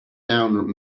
down